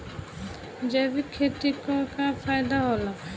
जैविक खेती क का फायदा होला?